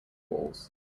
balls